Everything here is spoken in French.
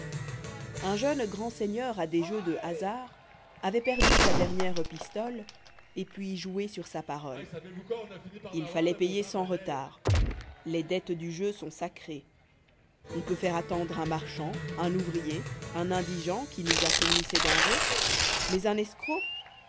us jeune grand seigneur à des jeux de hasard avait perdu sa dernière pistole et puis joué sur sa parole il falloit payer sans retard les dettes du jeu sont sacrées on peut faire attendre un marchand un ouvrier un indigent qui nous a fourni ses denrées mais un escroc